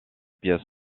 pièce